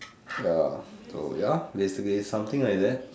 sure so ya basically something like that